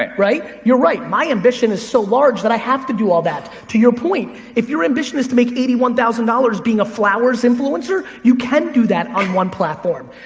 right. right, you're right. my ambition is so large that i have to do all that. to your point, if your ambition is to make eighty one thousand dollars being a flowers influencer, you can do that on one platform.